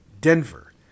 Denver